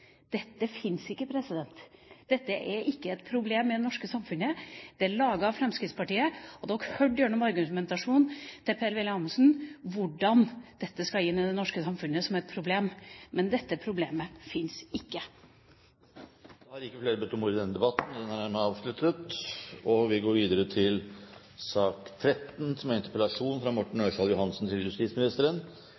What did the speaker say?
Dette fins ikke, president! Dette er ikke et problem i det norske samfunnet. Det er lagd av Fremskrittspartiet, og dere hørte gjennom argumentasjonen til Per-Willy Amundsen hvordan dette skal inn i det norske samfunnet som et problem, men dette problemet fins ikke! Flere har ikke bedt om ordet til sak nr. 11. Alvdal-saken som det her blir referert til, er